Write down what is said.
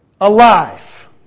alive